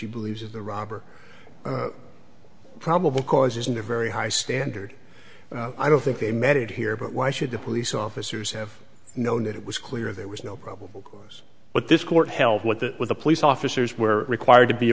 you believe the robber probable cause isn't a very high standard i don't think they met it here but why should the police officers have known that it was clear there was no probable cause what this court held what the with the police officers were required to be